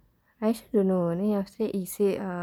I also don't know then after that he said